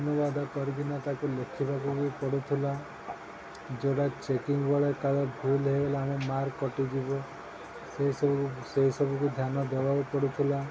ଅନୁବାଦ କରିିକି ତାକୁ ଲେଖିବାକୁ ବି ପଡ଼ୁଥିଲା ଯୋଉଟା ଚେକିଙ୍ଗ ବେଳେ କାଳେ ଭୁଲ ହୋଇଗଲେ ଆମେ ମାର୍କ କଟିଯିବ ସେସବୁ ସେସବୁକୁ ଧ୍ୟାନ ଦେବାକୁ ପଡ଼ୁଥିଲା